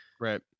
Right